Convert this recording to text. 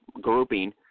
grouping